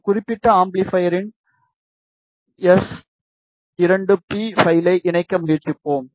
இந்த குறிப்பிட்ட அம்பிளிபையரின் எஸ்2பி பைலை இணைக்க முயற்சிப்போம்